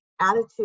attitude